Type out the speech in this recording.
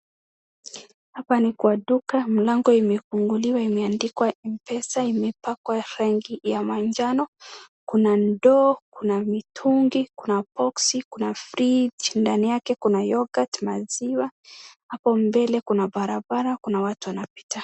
Hapa ni kwa duka, mlango imefunguliwa imeandikwa Mpesa, imepakwa rangi ya manjano. Kuna ndoo, kuna mitungi, kuna box , kuna fridge ndani yake, kuna yoghurt , kuna maziwa. Hapo mbele kuna barabara, kuna watu wanapita.